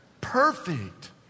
perfect